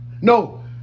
No